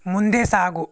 ಮುಂದೆ ಸಾಗು